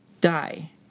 die